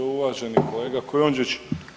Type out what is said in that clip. Uvaženi kolega Kujundžić.